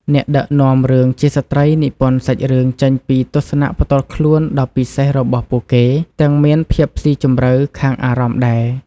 អ្នកដឹកនាំរឿងជាស្ត្រីនិពន្ធសាច់រឿងចេញពីទស្សនៈផ្ទាល់ខ្លួនដ៏ពិសេសរបស់ពួកគេ ទាំងមានភាពសុីជម្រៅខាងអារម្មណ៍ដែរ។